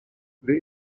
there